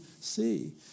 see